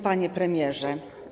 Panie Premierze!